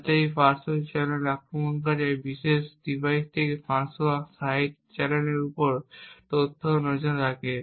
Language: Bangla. যাতে একটি পার্শ্ব চ্যানেল আক্রমণকারী এই বিশেষ ডিভাইস থেকে ফাঁস হওয়া সাইড চ্যানেলের তথ্যের উপর নজর রাখে